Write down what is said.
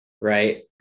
right